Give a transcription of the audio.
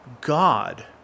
God